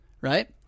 right